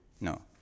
No